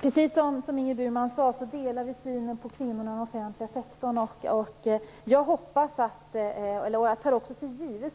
Fru talman! Som Ingrid Burman sade delar vi synen på kvinnorna inom den offentliga sektorn. Jag tar också för givet